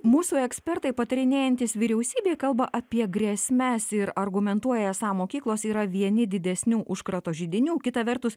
mūsų ekspertai patarinėjantys vyriausybei kalba apie grėsmes ir argumentuoja esą mokyklos yra vieni didesnių užkrato židinių kita vertus